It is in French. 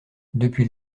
depuis